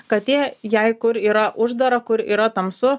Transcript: katė jai kur yra uždara kur yra tamsu